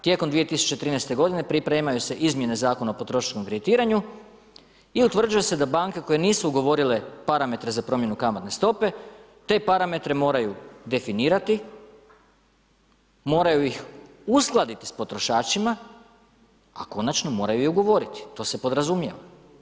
Tijekom 2013. godine pripremaju se izmjene Zakona o potrošačkom kreditiranju i utvrđuje se da banke koje nisu ugovorile parametre za promjenu kamatne stope te parametre moraju definirati, moraju ih uskladiti s potrošačima, a konačno moraju je i ugovoriti, to se podrazumijeva.